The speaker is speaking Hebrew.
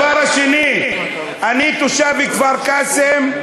הדבר השני: אני תושב כפר-קאסם,